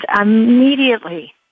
immediately